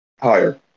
Higher